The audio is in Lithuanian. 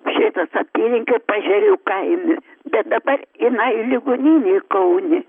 šėtos apylinkių paežerių kaime bet dabar jinai ligoninėj kaune